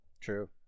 True